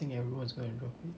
think everyone's gonna drop it